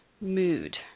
mood